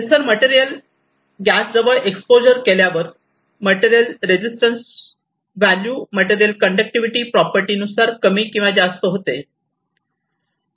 sensor material gas जवळ expose केल्यावर material resistance value material conductivity property नुसार कमी किंवा जास्त होते